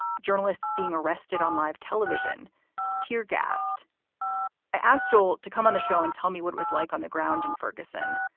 journalists being arrested on live television teargassed as joel to come on the show and tell me what was like on the ground in ferguson.